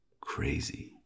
crazy